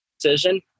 decision